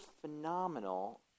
phenomenal